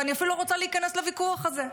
ואני אפילו לא רוצה להיכנס לוויכוח הזה.